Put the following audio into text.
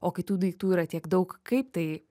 o kai tų daiktų yra tiek daug kaip tai